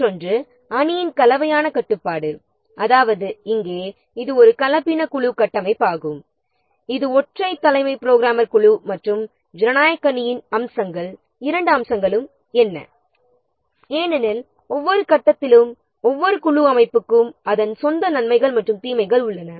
மற்றொன்று கலவையான கட்டுப்பாடுள்ள குழுவாகும் அதாவது இது ஒரு கலப்பின குழு கட்டமைப்பாகும் இது ஒற்றை தலைமை புரோகிராமர் குழு மற்றும் ஜனநாயக அணியின் இரண்டு அம்சங்கள்ளை கொண்டுள்ளது ஏனெனில் ஒவ்வொரு கட்டத்திலும் ஒவ்வொரு குழு அமைப்புக்கும் அதற்கான நன்மைகள் மற்றும் தீமைகள் உள்ளன